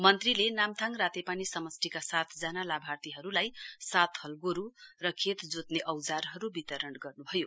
मन्त्रीले नाम्थाङ रातेपानी समष्टिका सातजना लाभार्थीहरुलाई सात हल गोरु र खेत जोन्ने औजारहरु वितरण गर्नुभयो